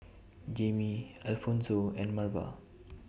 Jaimie Alphonso and Marva